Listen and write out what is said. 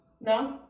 No